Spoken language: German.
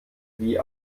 wie